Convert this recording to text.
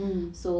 mmhmm